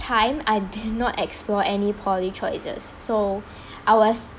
time I did not explore any poly choices so I was